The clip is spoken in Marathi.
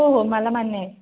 हो हो मला मान्य आहे